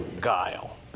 guile